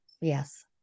yes